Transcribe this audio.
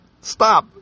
stop